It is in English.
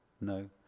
No